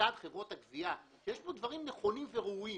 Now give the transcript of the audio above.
לסד חברות הגבייה, יש פה דברים נכונים וראויים